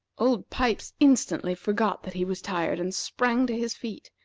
old pipes instantly forgot that he was tired, and sprang to his feet.